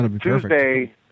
Tuesday